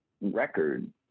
record